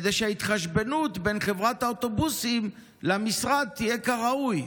כדי שההתחשבנות בין חברת האוטובוסים למשרד תהיה כראוי.